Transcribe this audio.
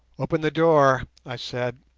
open the door i said.